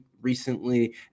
recently